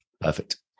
Perfect